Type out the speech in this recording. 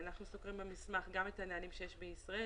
אנחנו סוקרים במסמך גם את הנהלים שיש בישראל,